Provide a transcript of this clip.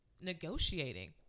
negotiating